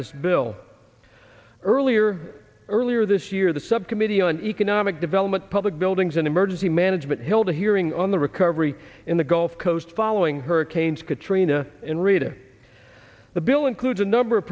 this bill earlier earlier this year the subcommittee on economic development public buildings an emergency management hilda hearing on the recovery in the gulf coast following hurricanes katrina and rita the bill includes a number of